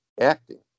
acting